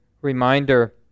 reminder